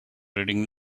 reading